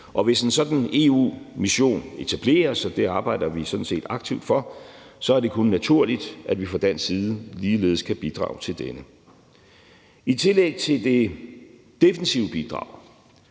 en sådan EU-mission etableres, og det arbejder vi sådan set aktivt for, så er det kun naturligt, at vi fra dansk side ligeledes kan bidrage til denne. I tillæg til det defensive bidrag